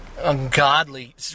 ungodly